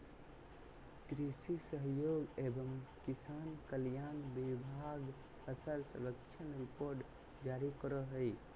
कृषि सहयोग एवं किसान कल्याण विभाग फसल सर्वेक्षण रिपोर्ट जारी करो हय